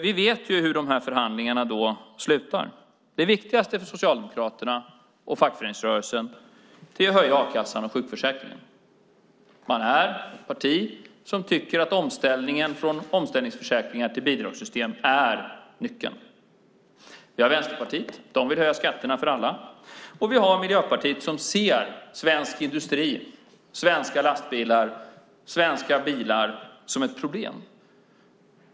Vi vet hur dessa förhandlingar slutar. Det viktigaste för Socialdemokraterna och fackföreningsrörelsen är att höja a-kassan och sjukförsäkringen. Man är ett parti som tycker att omställningen från omställningsförsäkringar till bidragssystem är nyckeln. Sedan har vi Vänsterpartiet, som vill höja skatterna för alla. Vi har också Miljöpartiet, som ser svensk industri, svenska lastbilar och svenska bilar som ett problem.